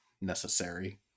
necessary